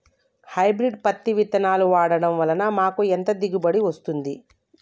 Hybrid పత్తి విత్తనాలు వాడడం వలన మాకు ఎంత దిగుమతి వస్తుంది?